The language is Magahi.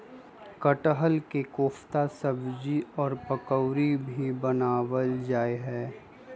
कटहल के कोफ्ता सब्जी और पकौड़ी भी बनावल जा हई